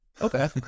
Okay